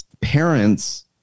parents